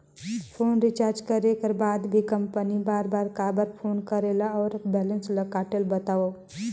Phone recharge करे कर बाद भी कंपनी बार बार काबर फोन करेला और बैलेंस ल काटेल बतावव?